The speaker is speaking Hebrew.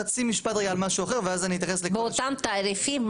באותם תעריפים?